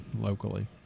locally